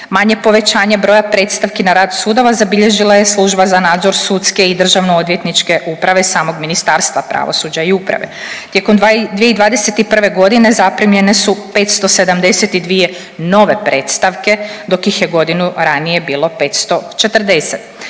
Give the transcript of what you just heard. Manje povećanje broja predstavki na rad sudova zabilježila je Služba za nadzor sudske i državno-odvjetniče uprave samog Ministarstva pravosuđa i uprave. Tijekom 2021. godine zaprimljene su 572 nove predstavke, dok ih je godinu ranije bilo 540.